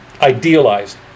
idealized